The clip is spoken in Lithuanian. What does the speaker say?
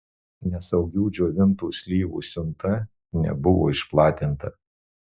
nesaugių džiovintų slyvų siunta nebuvo išplatinta